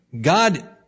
God